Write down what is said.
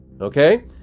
Okay